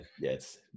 yes